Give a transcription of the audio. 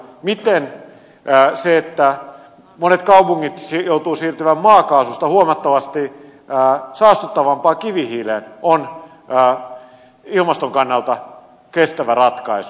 miten se että monet kaupungit joutuvat siirtymään maakaasusta huomattavasti saastuttavampaan kivihiileen on ilmaston kannalta kestävä ratkaisu